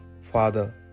father